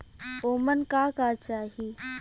ओमन का का चाही?